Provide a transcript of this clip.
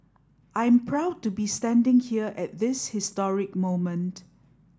I'm proud to be standing here at this historic moment